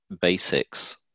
basics